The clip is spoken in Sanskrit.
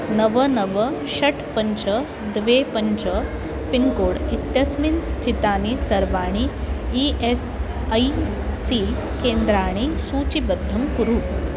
नव नव षट् पञ्च द्वे पञ्च पिन्कोड् इत्यस्मिन् स्थितानि सर्वाणि ई एस् ऐ सी केन्द्राणि सूचिबद्धं कुरु